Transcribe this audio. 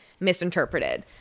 misinterpreted